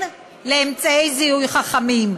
כן לאמצעי זיהוי חכמים.